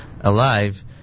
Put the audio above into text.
alive